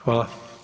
Hvala.